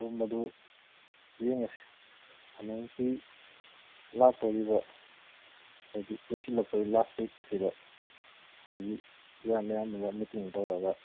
ꯍꯣꯡꯕꯗꯨ ꯌꯦꯡꯉꯁꯤ ꯍꯟꯗꯛꯀꯤ ꯂꯥꯛꯇꯧꯔꯤꯕ ꯍꯥꯏꯗꯤ ꯂꯣꯏꯁꯤꯜꯂꯛꯄꯩ ꯂꯥꯁ ꯋꯤꯛ ꯑꯁꯤꯗ ꯑꯩꯈꯣꯏꯒꯤ ꯑꯣꯖꯥ ꯃꯌꯥꯝꯗꯨꯒ ꯃꯤꯇꯤꯡ ꯇꯧꯔꯒ